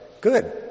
Good